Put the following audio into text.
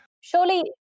surely